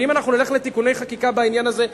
ואם אנחנו נלך לתיקוני חקיקה בעניין הזה,